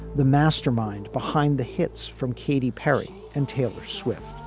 the mastermind behind the hits from katy perry and taylor swift.